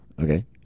Okay